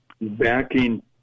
backing